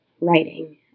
writing